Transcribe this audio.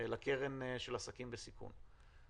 לקרן של עסקים בסיכון.